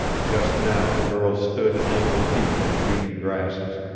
just now the girl stood ankle-deep in green grasses,